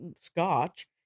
scotch